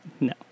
no